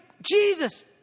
Jesus